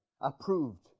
approved